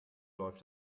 läuft